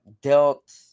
dealt